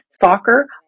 soccer